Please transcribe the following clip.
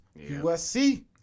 USC